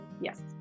yes